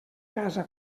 casa